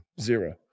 zero